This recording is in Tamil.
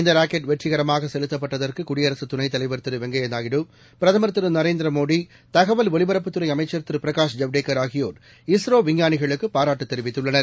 இந்தராக்கெட் வெற்றிகரமாகசெலுத்தப்பட்டதற்குகுடியரசுத் துணைத் தலைவர் திருவெங்கப்யாநாயுடு பிரதமர் திருநரேந்திரமோடி தகவல் ஒலிபரப்புத் துறைஅமைச்சர் திருபிரகாஷ் ஜவ்டேகர் ஆகியோர் இஸ்ரோவிஞ்ஞானிகளுக்குபாராட்டுத் தெரிவித்துள்ளனர்